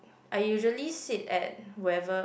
I usually sit at whoever